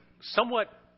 somewhat